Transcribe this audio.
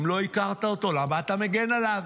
אם לא הכרת אותו, למה אתה מגן עליו?